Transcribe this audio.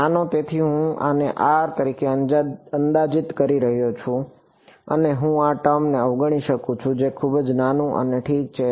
નાનો તેથી હું આને R તરીકે અંદાજીત કરી શકું છું અને હું આ ટર્મ ને અવગણી શકું છું જે ખૂબ જ નાનું અને ઠીક છે